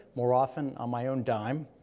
more often on my own dime,